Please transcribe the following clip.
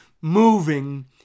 moving